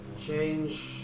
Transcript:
Change